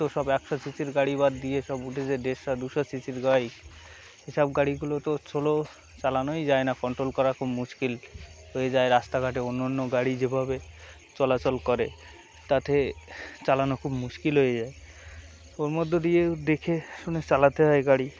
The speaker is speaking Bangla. তো সব একশো সিসির গাড়ি বাদ দিয়ে সব উঠেছে দেড়শো দুশো সিসির বাইক এইসব গাড়িগুলো তো ছোলো চালানোই যায় না কন্ট্রোল করা খুব মুশকিল হয়ে যায় রাস্তাঘাটে অন্য অন্য গাড়ি যেভাবে চলাচল করে তাতে চালানো খুব মুশকিল হয়ে যায় ওর মধ্যে দিয়ে দেখেশুনে চালাতে হয় গাড়ি